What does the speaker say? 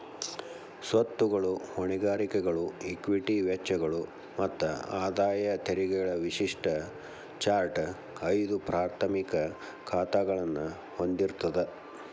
ಸ್ವತ್ತುಗಳು, ಹೊಣೆಗಾರಿಕೆಗಳು, ಇಕ್ವಿಟಿ ವೆಚ್ಚಗಳು ಮತ್ತ ಆದಾಯ ಖಾತೆಗಳ ವಿಶಿಷ್ಟ ಚಾರ್ಟ್ ಐದು ಪ್ರಾಥಮಿಕ ಖಾತಾಗಳನ್ನ ಹೊಂದಿರ್ತದ